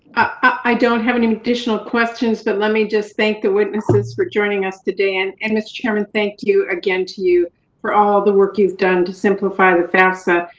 i don't have any additional questions, but let me just thank the witnesses for joining us today and and mr. chairman, thank you again to you for all the work you've done to simplify the fafsa.